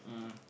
um